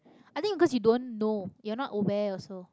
i think because you don't know you're not aware also